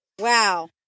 Wow